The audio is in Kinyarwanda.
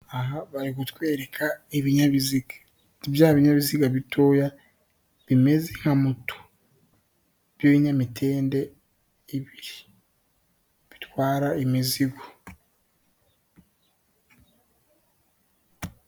Aha bari kutwereka ibinyabiziga, bya binyabiziga bitoya bimeze nka moto by'ibinyamitende ibi bitwara imizigo.